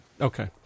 Okay